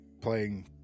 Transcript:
playing